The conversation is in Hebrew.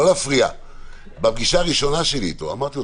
אמרתי: